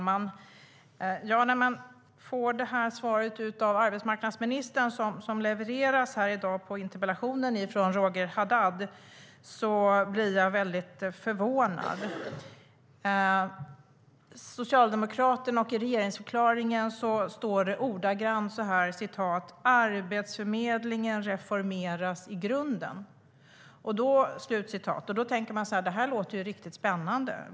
Herr talman! När jag hör arbetsmarknadsministerns svar på interpellationen från Roger Haddad blir jag väldigt förvånad. I regeringsförklaringen står det ordagrant: "Arbetsförmedlingen reformeras i grunden." Då tänker man: Det här låter riktigt spännande.